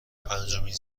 پنجمین